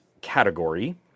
category